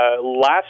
last